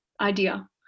idea